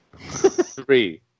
three